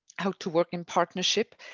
how to work in partnership.